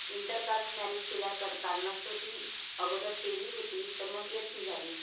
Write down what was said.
inter caste marriage केल्या कर कारणास्तव ती अगोदर तेली होती तर मग यस्सी झाली